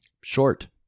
Short